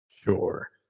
Sure